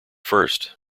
first